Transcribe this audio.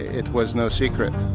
it was no secret.